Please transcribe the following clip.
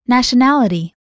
Nationality